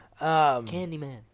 Candyman